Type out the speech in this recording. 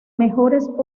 mejores